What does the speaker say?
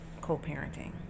co-parenting